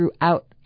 throughout